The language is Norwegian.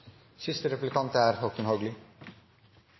siste landbruksmeldinga er